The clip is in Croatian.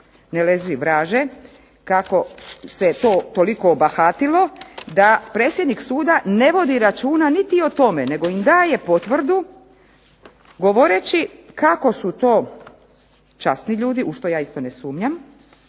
se./… kako se to toliko obahatilo, da predsjednik suda ne vodi računa niti o tome, nego im daje potvrdu govoreći kako su to časni ljudi, u što ja isto ne sumnjam,